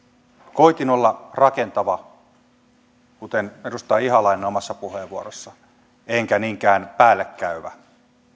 koetin olla rakentava kuten edustaja ihalainen omassa puheenvuorossaan enkä niinkään päällekäyvä